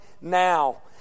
now